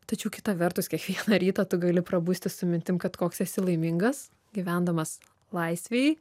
tačiau kita vertus kiekvieną rytą tu gali prabusti su mintim kad koks esi laimingas gyvendamas laisvėj